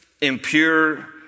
impure